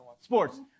Sports